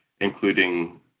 including